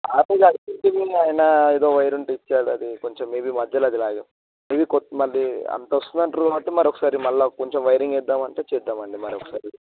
ఇంతక ముందు ఆయన ఏదో వైర్ అని తెచ్చాడు అది కొంచెం మైబీ మధ్యలో అది లాగాం ఇది కొత్త మళ్ళీ అంత వస్తుంది అంటారు అయితే మరొకసారి మళ్ళీ కొంచెం వైరింగ్ వేద్దాం అంటే చేద్దాం అండి మరొకసారి